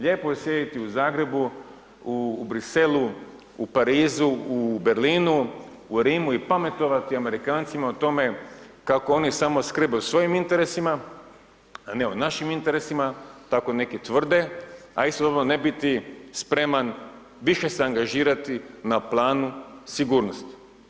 Lijepo je sjediti u Zagrebu, u Bruxesellesu, u Parizu, u Berlinu, u Rimu i pametovati Amerikancima o tome kako oni samo skrbe o svojim interesima, a ne o našim interesima, tako neki tvrde, a istodobno ne biti spreman više se angažirati na planu sigurnosti.